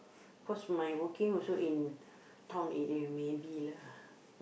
cause my working also in town area maybe lah